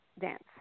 dance